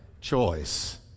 choice